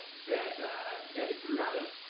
that that it grew out of.